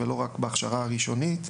ולא רק בהכשרה הראשונית,